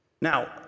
Now